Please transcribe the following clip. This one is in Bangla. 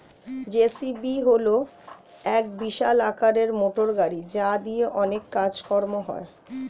জে.সি.বি হল এক বিশাল আকারের মোটরগাড়ি যা দিয়ে অনেক কাজ কর্ম হয়